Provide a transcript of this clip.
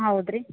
ಹೌದು ರೀ